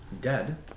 dead